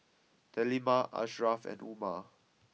Delima Ashraf and Umar